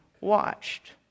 watched